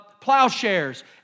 plowshares